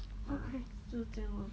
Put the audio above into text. okay